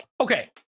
Okay